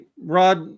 Rod